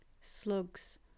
Slugs